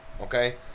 okay